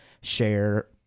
share